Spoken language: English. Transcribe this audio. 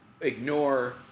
ignore